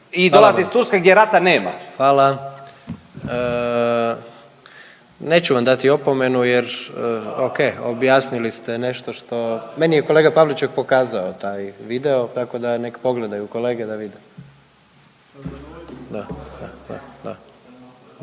Gordan (HDZ)** Hvala. Neću vam dati opomenu jer ok objasnili ste nešto što, meni je kolega Pavliček pokazao taj video tako da nek pogledaju kolege da vide,